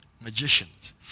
Magicians